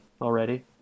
already